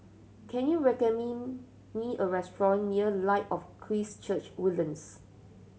can you me a restaurant near Light of Christ Church Woodlands